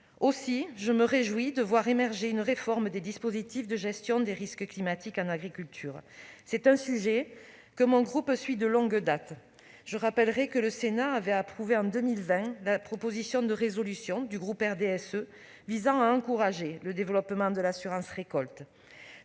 Aussi, je me réjouis de voir émerger une réforme des dispositifs de gestion des risques climatiques en agriculture. C'est un sujet que mon groupe suit de longue date. Je rappelle que le Sénat avait approuvé, en 2020, la proposition de résolution du groupe du RDSE visant à encourager le développement de l'assurance récolte.